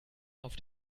auf